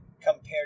compared